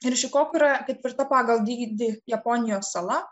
ir šikoku yra ketvirta pagal dydį japonijos sala